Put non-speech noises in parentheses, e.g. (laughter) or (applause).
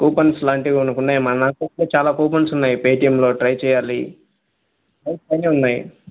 coupons లాంటివి మనకున్నాయి మన (unintelligible) చాలా కూపన్స్ ఉన్నాయి పేటీఎంలో ట్రై చెయ్యాలి (unintelligible)